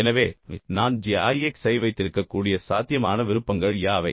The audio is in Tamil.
எனவே நான் g i x ஐ வைத்திருக்கக்கூடிய சாத்தியமான விருப்பங்கள் யாவை